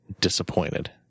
disappointed